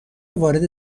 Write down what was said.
وارد